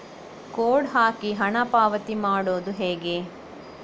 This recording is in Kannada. ಕೋಡ್ ಹಾಕಿ ಹಣ ಪಾವತಿ ಮಾಡೋದು ಹೇಗೆ?